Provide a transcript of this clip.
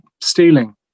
stealing